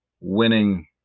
winning